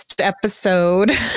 episode